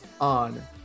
on